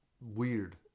weird